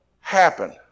happen